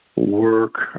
work